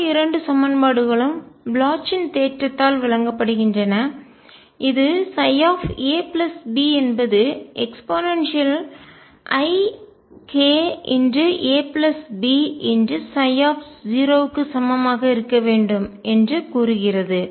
மற்ற இரண்டு சமன்பாடுகளும் ப்ளோச்சின் தேற்றத்தால் வழங்கப்படுகின்றன இது ψ a b என்பது eikabψ க்கு சமமாக இருக்க வேண்டும் என்று கூறுகிறது